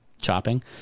chopping